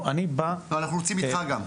רוצים גם איתך.